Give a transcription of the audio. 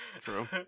true